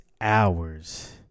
hours